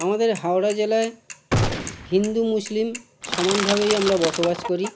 আমাদের হাওড়া জেলায় হিন্দু মুসলিম সমান ভাবেই আমারা বসবাস করি